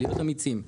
להיות אמיצים.